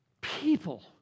people